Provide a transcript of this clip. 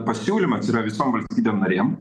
pasiūlymas yra visom valstybėm narėm